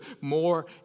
more